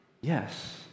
yes